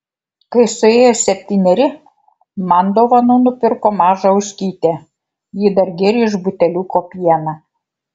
kai suėjo septyneri man dovanų nupirko mažą ožkytę ji dar gėrė iš buteliuko pieną